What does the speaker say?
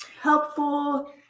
helpful